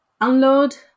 unload